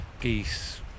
geese